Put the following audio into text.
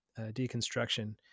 deconstruction